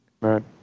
right